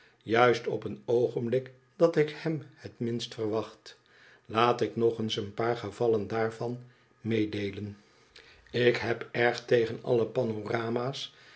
juist op een oogenblik dat ik hem het minst verwacht laat ik nog eens oen paar gevallen daarvan meededen ik heb erg tegen alle panorama's en